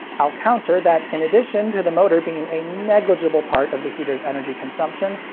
i'll counter that in addition to the motor being a negligible part of the heater's energy consumption,